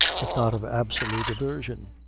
if not of absolute aversion